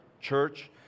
church